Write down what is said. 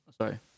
Sorry